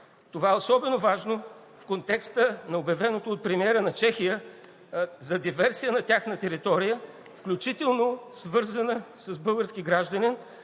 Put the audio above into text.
Това е особено важно в контекста на обявеното от премиера на Чехия за диверсия на тяхна територия, включително свързана с български гражданин